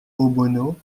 obono